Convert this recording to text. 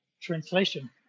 translation